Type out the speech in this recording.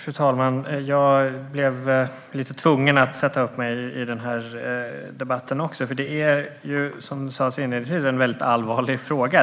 Fru talman! Jag kände mig tvungen att delta även i den här debatten, för det är, som inledningsvis sas, onekligen en väldigt allvarlig fråga.